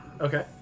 Okay